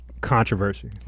controversy